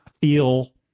feel